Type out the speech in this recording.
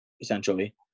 essentially